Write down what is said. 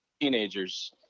teenager's